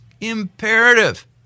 imperative